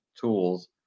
tools